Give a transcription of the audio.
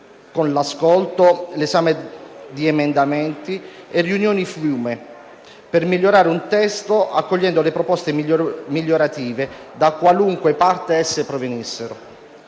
con l'ascolto, l'esame degli emendamenti e riunioni fiume per migliorare un testo accogliendo le proposte migliorative da qualunque parte esse provenissero.